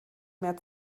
mehr